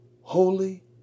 holy